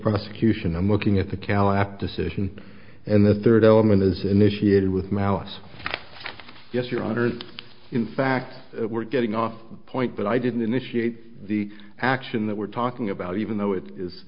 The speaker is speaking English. prosecution i'm looking at the callup decision and the third element is initiated with malice yes your honor in fact we're getting off point but i didn't initiate the action that we're talking about even though it is